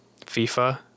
FIFA